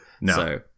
No